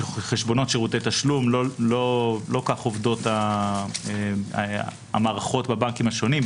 שחשבונות שירותי תשלום לא כך עובדות המערכות בבנקים השונים.